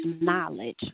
knowledge